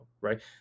right